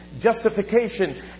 justification